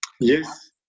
yes